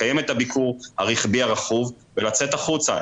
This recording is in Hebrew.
לקיים את הביקור הרכבי הרכוב ולצאת החוצה,